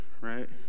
right